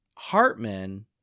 Hartman